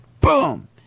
boom